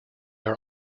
are